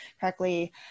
correctly